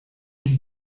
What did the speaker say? die